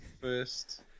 First